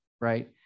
right